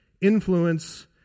influence